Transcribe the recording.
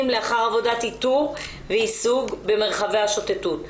לאחר עבודת איתור ויישוג במרחבי השוטטות.